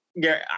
Gary